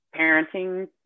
parenting